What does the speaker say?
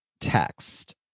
text